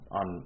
on